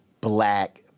Black